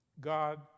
God